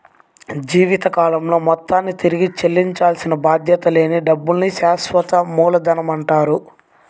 జీవితకాలంలో మొత్తాన్ని తిరిగి చెల్లించాల్సిన బాధ్యత లేని డబ్బుల్ని శాశ్వత మూలధనమంటారు